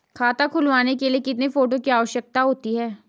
खाता खुलवाने के लिए कितने फोटो की आवश्यकता होती है?